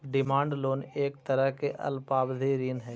demand loan एक तरह के अल्पावधि ऋण हइ